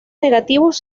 negativos